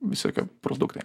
visokie produktai